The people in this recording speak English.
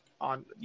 on